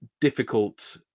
difficult